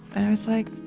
i was like,